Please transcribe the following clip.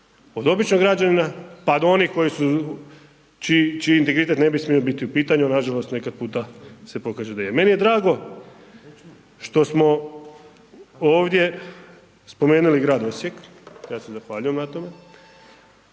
od običnog građanina pa do onih koji su, čiji integritet ne bi smio biti u pitanju, a nažalost neki puta se pokaže da je. Meni je drago što smo ovdje spomenuli grad Osijek, ja se zahvaljujem na tome,